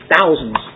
thousands